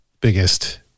biggest